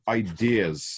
ideas